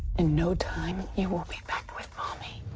in no time you will be back with mommy.